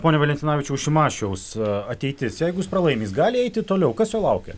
pone valentinavičiau šimašiaus ateitis jeigu jis pralaimi jis gali eiti toliau kas jo laukia